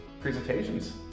presentations